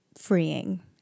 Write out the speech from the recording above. freeing